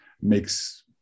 makes